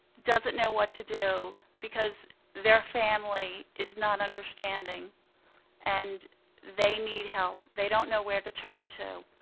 doesn't know what to do because their family is not understanding and they need help. they don't know where to turn to,